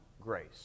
grace